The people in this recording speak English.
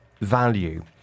value